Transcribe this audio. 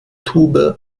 tube